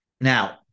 now